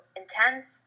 intense